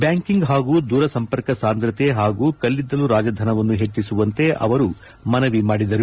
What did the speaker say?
banking ಪಾಗೂ ದೂರ ಸಂಕರ್ಪ ಸಾಂದ್ರತೆ ಹಾಗೂ ಕಲ್ಲಿದ್ದಲು ರಾಜಧನವನ್ನು ಹೆಚ್ಚಿಸುವಂತೆ ಅವರು ಮನವಿ ಮಾಡಿದರು